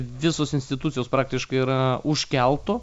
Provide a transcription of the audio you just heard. visos institucijos praktiškai yra už kelto